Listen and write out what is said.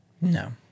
No